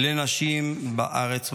לנשים בארץ ובעולם.